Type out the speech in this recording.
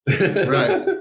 Right